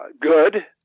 good